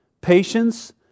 patience